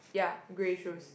ya grey shoes